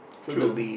true